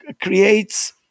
creates